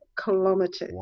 kilometers